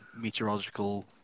meteorological